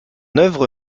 œuvre